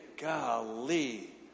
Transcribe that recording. golly